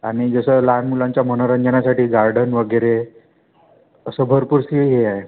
आणि जसं लहान मुलांच्या मनोरंजनासाठी गार्डन वगैरे असं भरपूरशी ए आहे